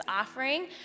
offering